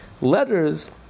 letters